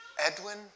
Edwin